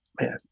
man